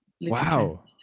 Wow